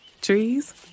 Trees